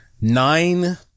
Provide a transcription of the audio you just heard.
nine